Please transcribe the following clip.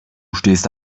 stehst